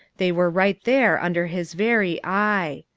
they were right there under his very eye.